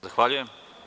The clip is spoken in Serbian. Zahvaljujem.